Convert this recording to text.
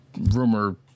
rumor